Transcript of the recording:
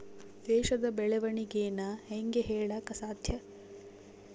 ದೇಶದ ಬೆಳೆವಣಿಗೆನ ಹೇಂಗೆ ಹೇಳಕ ಸಾಧ್ಯ?